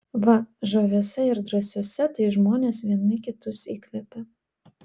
va žaviuose ir drąsiuose tai žmonės vieni kitus įkvepia